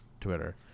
Twitter